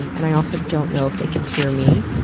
and and i also don't know if they can hear me.